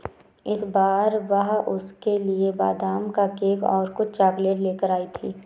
इस बार वह उसके लिए बादाम का केक और कुछ चॉकलेट लेकर आई थी